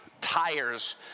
tires